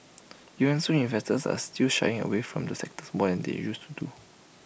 even so investors are still shying away from the sectors more than they used to